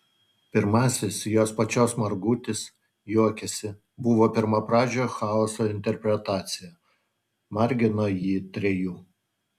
pirmasis jos pačios margutis juokiasi buvo pirmapradžio chaoso interpretacija margino jį trejų